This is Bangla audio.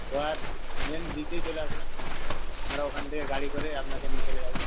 গোয়ার মেন বিচেই চলে আসবেন আমরা ওখান থেকে গাড়ি করে আপনাকে নিয়ে চলে যাব